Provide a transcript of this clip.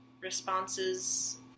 responses